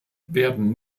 werden